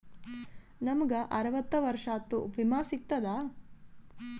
ನಮ್ ಗ ಅರವತ್ತ ವರ್ಷಾತು ವಿಮಾ ಸಿಗ್ತದಾ?